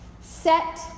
set